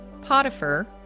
Potiphar